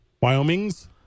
Wyoming's